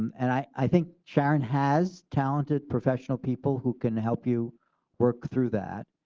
and i think sharon has talented professional people who can help you work through that.